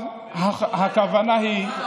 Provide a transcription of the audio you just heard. במקום להגיד לנו שאתם מצטערים ומישהו